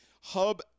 Hub